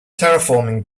terraforming